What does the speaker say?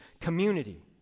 community